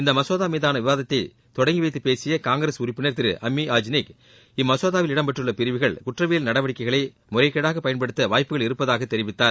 இம்மசோதா மீதான விவாதத்தை தொடங்கிவைத்துப் பேசிய காங்கிரஸ் உறுப்பினர் திரு அம்மி யாஜ்னிக் இம்மசோதாவில் இடம் பெற்றுள்ள பிரிவுகள் குற்றவியல் நடவடிக்கைகளை முறைகேடாகப் பயன்படுத்த வாய்ப்புகள் இருப்பதாகத் தெரிவித்தார்